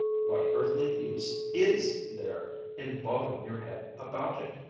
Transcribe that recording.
what earthly use is there in bothering your head about it!